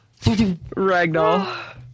Ragdoll